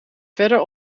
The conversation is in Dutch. verder